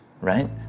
right